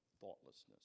thoughtlessness